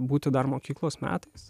būti dar mokyklos metais